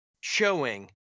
showing